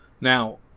Now